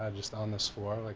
um just on this floor,